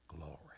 glory